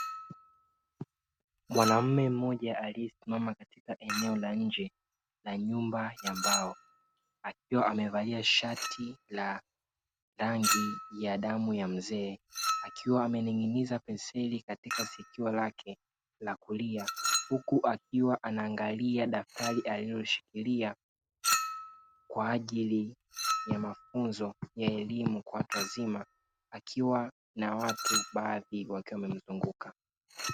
Mwanaume mmoja aliyesimama katika eneo la nje la nyumba ya mbao, akiwa amevalia shati la rangi ya damu ya mzee, akiwa amening'iniza penseli katika sikio lake la kulia huku akiwa anaangalia daftari alilolishikilia kwa ajili ya mafunzo ya elimu kwa watu wazima; akiwa na watu baadhi wakiwa wamemzunguka.